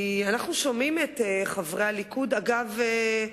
אנחנו שומעים את חברי הליכוד, אגב,